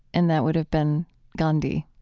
and that would have been gandhi.